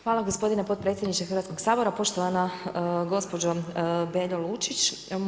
Hvala gospodine potpredsjedniče Hrvatskog sabora, poštovana gospođo Beljo Lučić.